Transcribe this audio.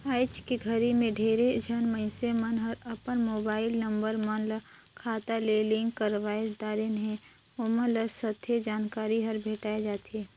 आइज के घरी मे ढेरे झन मइनसे मन हर अपन मुबाईल नंबर मन ल खाता ले लिंक करवाये दारेन है, ओमन ल सथे जानकारी हर भेंटाये जाथें